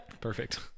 Perfect